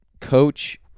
Coach